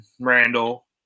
Randall